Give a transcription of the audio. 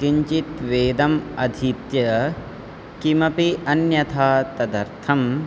किञ्चित् वेदम् अधीत्य किमपि अन्यथा तदर्थं